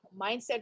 Mindset